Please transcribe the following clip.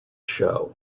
show